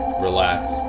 Relax